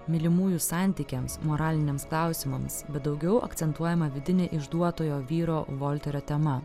mylimųjų santykiams moraliniams klausimams bet daugiau akcentuojama vidinė išduotojo vyro volterio tema